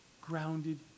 grounded